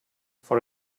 for